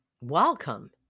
welcome